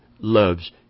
loves